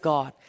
God